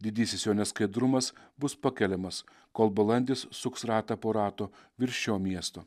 didysis jo neskaidrumas bus pakeliamas kol balandis suks ratą po rato virš šio miesto